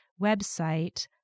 website